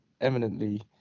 eminently